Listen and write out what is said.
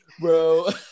Bro